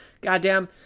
goddamn